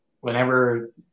whenever